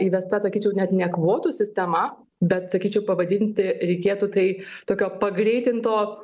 įvesta sakyčiau net ne kvotų sistema bet sakyčiau pavadinti reikėtų tai tokio pagreitinto